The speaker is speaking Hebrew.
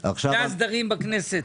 זה ההסדרים בכנסת.